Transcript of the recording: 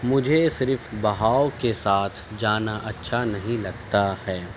مجھے صرف بہاؤ کے ساتھ جانا اچھا نہیں لگتا ہے